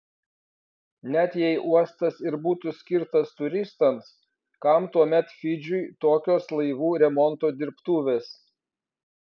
net jei uostas ir būtų skirtas turistams kam tuomet fidžiui tokios laivų remonto dirbtuvės